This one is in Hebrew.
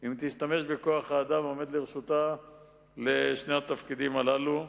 אם תשתמש בכוח-האדם העומד לרשותה לשני התפקידים הללו.